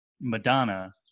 madonna